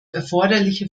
erforderliche